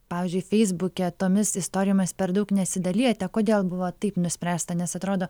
pavyzdžiui feisbuke tomis istorijomis per daug nesidalijate kodėl buvo taip nuspręsta nes atrodo